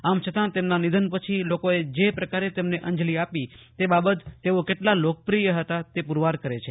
આમ છતાં તેમના નિધન પછી લોકોએ જે પ્રકારે તેમને અંજલિ આપી તે બાબત તેઓ કેટલા લોકપ્રિય હતા એ પુરવાર કરે છે